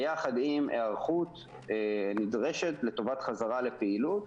ביחד עם היערכות נדרשת לטובת חזרה לפעילות,